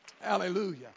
Hallelujah